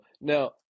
Now